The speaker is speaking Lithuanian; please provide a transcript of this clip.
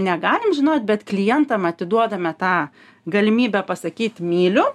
negalim žinot bet klientam atiduodame tą galimybę pasakyt myliu